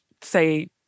say